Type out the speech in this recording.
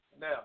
Now